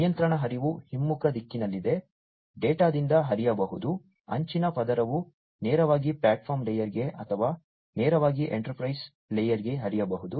ನಿಯಂತ್ರಣ ಹರಿವು ಹಿಮ್ಮುಖ ದಿಕ್ಕಿನಲ್ಲಿದೆ ಡೇಟಾದಿಂದ ಹರಿಯಬಹುದು ಅಂಚಿನ ಪದರವು ನೇರವಾಗಿ ಪ್ಲಾಟ್ಫಾರ್ಮ್ ಲೇಯರ್ಗೆ ಅಥವಾ ನೇರವಾಗಿ ಎಂಟರ್ಪ್ರೈಸ್ ಲೇಯರ್ಗೆ ಹರಿಯಬಹುದು